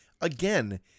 again